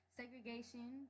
segregation